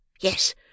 yes